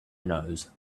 nose